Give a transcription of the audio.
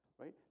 right